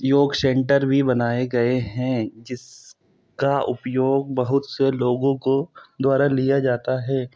योग सेंटर भी बनाये गए हैं जिस का उपयोग बहुत से लोगों को द्वारा लिया जाता है